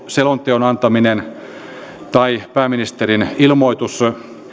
selonteon antaminen ja pääministerin ilmoitus